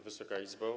Wysoka Izbo!